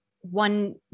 one